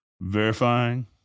verifying